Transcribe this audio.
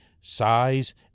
size